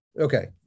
Okay